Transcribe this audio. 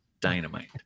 dynamite